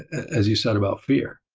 as you said, about fear.